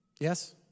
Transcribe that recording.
Yes